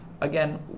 again